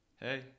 Hey